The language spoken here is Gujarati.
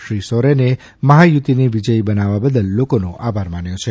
શ્રી સોરેને મહાયુતિને વિજયી બનાવવા બદલ લોકોનો આભાર માન્યો છે